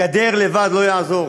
גדר לבד לא תעזור.